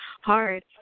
hard